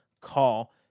call